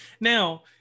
now